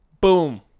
Boom